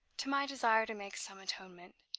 to my desire to make some atonement,